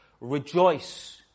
Rejoice